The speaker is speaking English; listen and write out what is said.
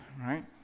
right